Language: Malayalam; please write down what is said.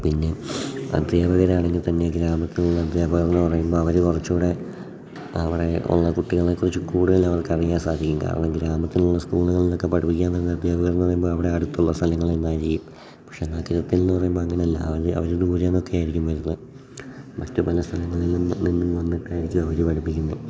പിന്നെ അദ്ധ്യാപകർ ആണെങ്കിൽ തന്നെ ഗ്രാമത്തിലുള്ള അധ്യാപകർ എന്ന് പറയുമ്പോൾ അവർ കുറച്ചൂടെ അവിടെ ഉള്ള കുട്ടികളെക്കുറിച്ച് കൂടുതലവർക്ക് അറിയാൻ സാധിക്കും കാരണം ഗ്രാമത്തിലുള്ള സ്കൂളുകളിൽ ഒക്കെ പഠിപ്പിക്കാൻ വരുന്ന അധ്യാപകർ എന്ന് പറയുമ്പോൾ അവിടെ അടുത്തുള്ള സ്ഥലങ്ങളിൽ നിന്നായിരിക്കും പക്ഷേ നഗരത്തിൽ നിന്ന് പറയുമ്പോൾ അങ്ങനെ അല്ല അവർ അവർ ദൂരെ നിന്നൊക്കെ ആയിരിക്കും വരുന്നത് മറ്റു പല സ്ഥലങ്ങളിൽ നിന്ന് നിന്നും വന്നിട്ടായിരിക്കും അവർ പഠിപ്പിക്കുന്നത്